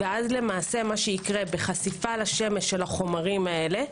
ואז מה שיקרה בחשיפה לשמש של חומרים אלה,